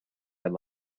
had